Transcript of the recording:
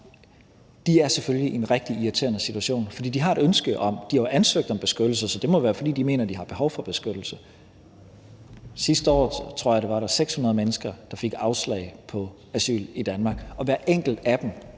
nej, er selvfølgelig i en rigtig irriterende situation, fordi de har et ønske om at få beskyttelse – de har jo ansøgt om beskyttelse, så det må jo være, fordi de mener, at de har behov for beskyttelse. Sidste år var der 600 mennesker, tror jeg det var, der fik afslag på asyl i Danmark, og hver enkelt af dem